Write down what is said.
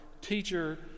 teacher